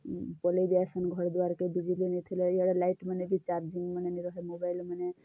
ପଲେଇ ଯାଏସନ୍ ଘରେ ଦ୍ୱାର୍କେ ବିଜୁଳି ନାଇଁ ଥିଲେ ଇଆଡ଼େ ଲାଇଟ୍ମାନେ ବି ଚାର୍ଜିଂମାନେ ନାଇ ରହେ ମୋବାଇଲ୍ମାନେ